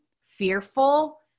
fearful